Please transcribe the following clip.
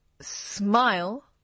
Smile